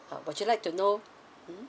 now would you like to know mm